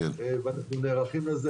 ואנחנו נערכים לזה.